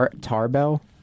Tarbell